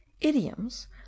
Idioms